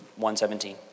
117